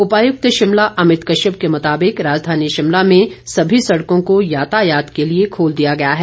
उपायुक्त शिमला अमित कश्यप के मुताबिक राजधानी शिमला में सभी सड़कों को यातायात के लिए खोल दिया गया हैं